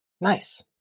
Nice